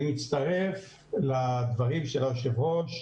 אני מצטרף לדברים של היושב ראש,